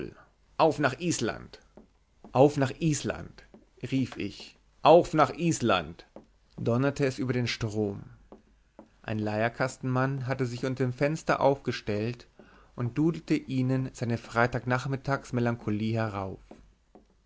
auf nach island auf nach island rief ich auf nach island donnerte es über den strom ein leierkastenmann hatte sich unter dem fenster aufgestellt und dudelte ihnen seine freitagsnachmittagsmelancholie herauf